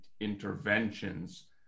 interventions